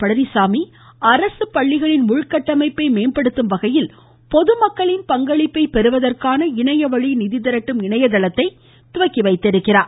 பழனிச்சாமி அரசு பள்ளிகளின் உள்கட்டமைப்பை மேம்படுத்தும் வகையில் பொதுமக்களின் பங்களிப்பை பெறுவதற்கான இணையவழி நிதி திரட்டும் இணையதளத்தை துவக்கி வைத்துள்ளார்